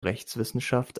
rechtswissenschaft